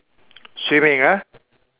swimming ah